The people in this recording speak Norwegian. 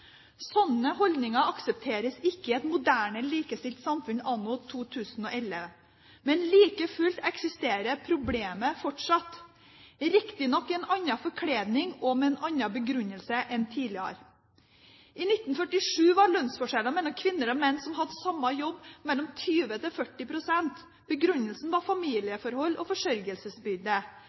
Sånne holdninger aksepteres ikke i et moderne likestilt samfunn anno 2011, men like fullt eksisterer problemet fortsatt, riktignok i en annen forkledning og med en annen begrunnelse enn tidligere. I 1947 var lønnsforskjellen mellom kvinner og menn som hadde samme jobb, på mellom 20 til 40 pst. Begrunnelsen var familieforhold og forsørgelsesbyrde.